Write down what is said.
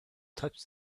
touched